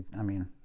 i mean.